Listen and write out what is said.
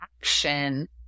action